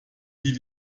die